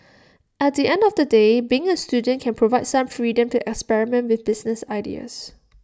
at the end of the day being A student can provide some freedom to experiment with business ideas